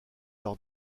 leur